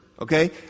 Okay